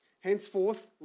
Henceforth